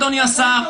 כבוד אדוני השר,